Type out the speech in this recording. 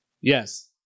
Yes